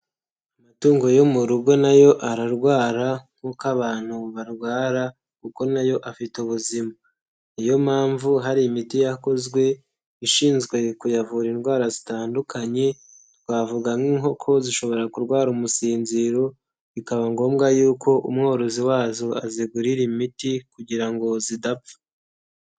Amatungo yo mu rugo na yo ararwara nk'uko abantu barwara kuko na yo afite ubuzima, ni yo mpamvu hari imiti yakozwe ishinzwe kuyavura indwara zitandukanye twavuga nk'inkoko, zishobora kurwara umusinziro bikaba ngombwa yuko umworozi wazo azigurira imiti kugira ngo zidapfa.